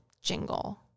jingle